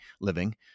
living